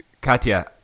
Katya